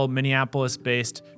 Minneapolis-based